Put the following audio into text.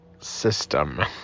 system